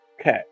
Okay